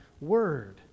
Word